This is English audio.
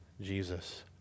Jesus